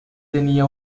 tenía